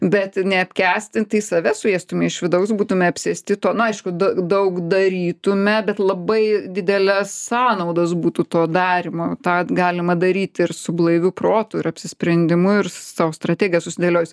bet neapkęsti tai save suėstume iš vidaus būtume apsėsti to na aišku daug darytume bet labai didelės sąnaudos būtų to darymo tą galima daryti ir su blaiviu protu ir apsisprendimu ir savo strategiją susidėliojus